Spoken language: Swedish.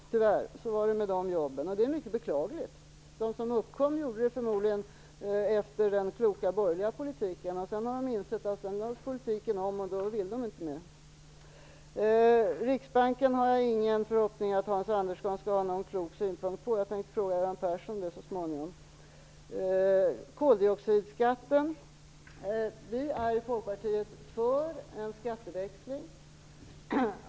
Så var det tyvärr med jobben. Det är mycket beklagligt. De jobb som tillkom gjorde det förmodligen efter den kloka borgerliga politiken. Sedan lades politiken om, och så blev det inte mer. Riksbanken har jag ingen förhoppning att Hans Andersson skall ha någon klok synpunkt på. Jag tänkte ta upp det med Göran Persson så småningom. När det gäller koldioxidskatten är Folkpartiet för en skatteväxling.